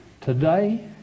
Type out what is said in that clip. Today